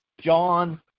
John